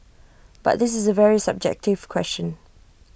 but this is A very subjective question